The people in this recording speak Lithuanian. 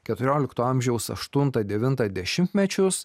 keturiolikto amžiaus aštuntą devintą dešimtmečius